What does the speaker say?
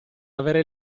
avere